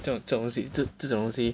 这种这种东西这这种东西